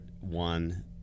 one